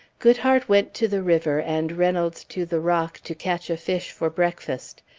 goodhart went to the river and reynolds to the rock to catch a fish for breakfast.